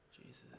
Jesus